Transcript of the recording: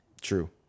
True